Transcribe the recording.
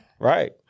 Right